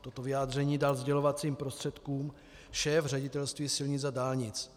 Toto vyjádření dal sdělovacím prostředkům šéf Ředitelství silnic a dálnic.